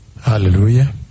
Hallelujah